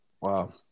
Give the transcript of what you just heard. Wow